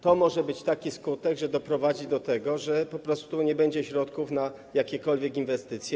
To może być taki skutek, który doprowadzi do tego, że po prostu nie będzie środków na jakiekolwiek inwestycje.